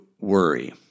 worry